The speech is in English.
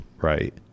right